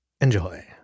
Enjoy